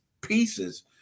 pieces